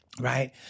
Right